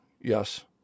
yes